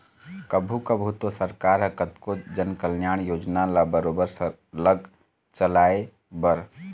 कभू कभू तो सरकार ह कतको जनकल्यानकारी योजना ल बरोबर सरलग चलाए बर